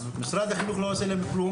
משרד החינוך לא עושה להם כלום.